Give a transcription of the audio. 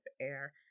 Air